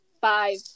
five